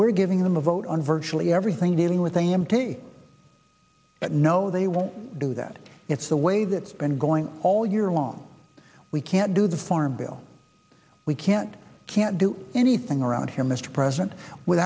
we're giving them a vote on virtually everything dealing with the a m t but no they won't do that it's the way that it's been going all year long we can't do the farm bill we can't can't do anything around here mr president w